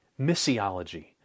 missiology